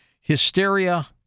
hysteria